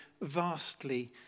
vastly